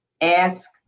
ask